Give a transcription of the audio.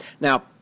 Now